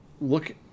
look